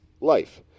life